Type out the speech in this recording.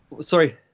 Sorry